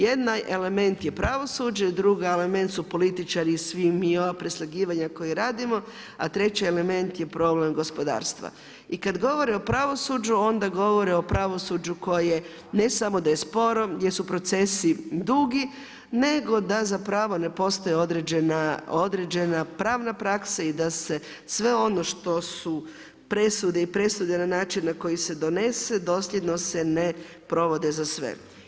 Jedan element je pravosuđe, drugi element su političari i sva ova preslagivanja koja radimo, a treći element je problem gospodarstva i kad govore o pravosuđu onda govore o pravosuđu koje ne samo da je sporo jer su procesi dugi nego da zapravo postoji određena pravna praksa i da se sve ono što su presude i presude na način na koji se donese dosljedno se ne provode za sve.